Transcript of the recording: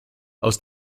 aus